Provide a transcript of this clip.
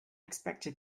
expected